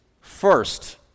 first